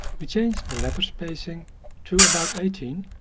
we change the letter spacing to about eighteen,